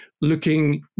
looking